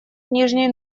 нижний